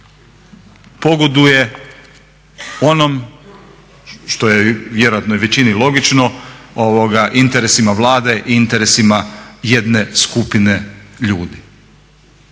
pogoduje onom što je vjerojatno većini logično interesima Vlade i interesima jedne skupine ljudi.